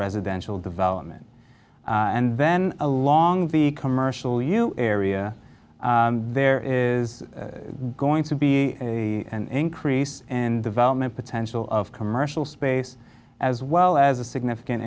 residential development and then along the commercial you area there is going to be an increase and development potential of commercial space as well as a significant